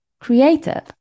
creative